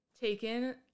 taken